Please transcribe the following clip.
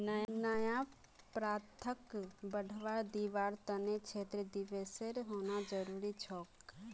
नया प्रथाक बढ़वा दीबार त न क्षेत्र दिवसेर होना जरूरी छोक